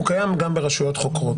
הוא קיים גם ברשויות חוקרות.